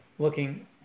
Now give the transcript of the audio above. looking